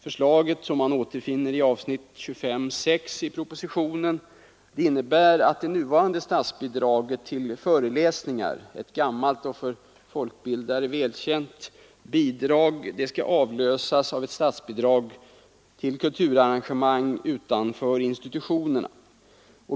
Förslaget, som återfinns i avsnittet 25.6 i propositionen, innebär att det nuvarande statsbidraget till föreläsningar — ett gammalt och för folkbildare välkänt bidrag — skall avlösas av ett statsbidrag till kulturarrangemang utanför institutionerna.